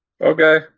Okay